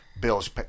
Bill's